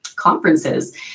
conferences